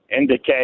indicate